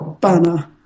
banner